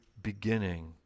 beginning